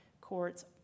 courts